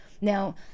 Now